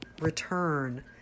return